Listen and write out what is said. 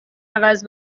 عوض